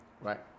Right